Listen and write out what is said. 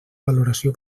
valoració